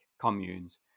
communes